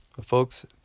Folks